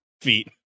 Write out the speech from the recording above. feet